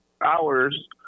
hours